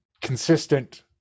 consistent